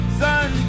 sun